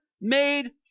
made